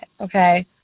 Okay